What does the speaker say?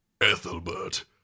Ethelbert